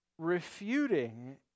refuting